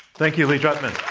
thank you, lee drutman.